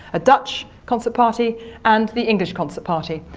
a dutch concert party and the english concert party.